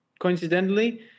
Coincidentally